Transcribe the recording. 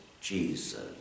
Jesus